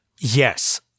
Yes